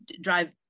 drive